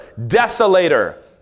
desolator